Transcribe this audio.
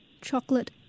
Chocolate